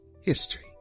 history